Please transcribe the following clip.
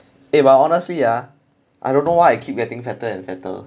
eh but honestly ah I don't know why I keep getting fatter and fatter